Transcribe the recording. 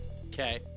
Okay